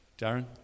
Darren